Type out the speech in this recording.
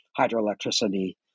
hydroelectricity